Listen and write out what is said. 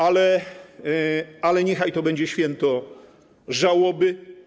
Ale niechaj to będzie święto żałoby.